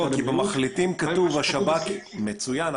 מצוין.